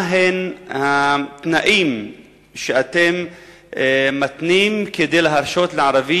מהם התנאים שאתם מתנים כדי להרשות לערבי